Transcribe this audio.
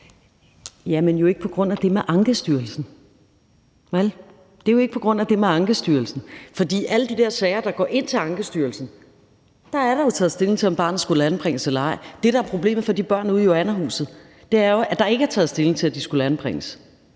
det er jo ikke på grund af det med Ankestyrelsen, vel? Det er jo ikke på grund af det med Ankestyrelsen. For i alle de der sager, der går ind til Ankestyrelsen, er der jo taget stilling til, om barnet skulle anbringes eller ej. Det, der er problemet for de børn ude i Joannahuset, er jo, at der ikke er taget stilling til, om de skal anbringes